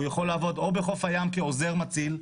הוא יכול לעבוד בחוף הים כעוזר מציל,